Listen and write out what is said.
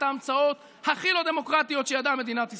ההמצאות הכי לא דמוקרטיות שידעה מדינת ישראל: